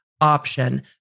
option